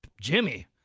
Jimmy